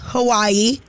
Hawaii